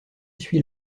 suit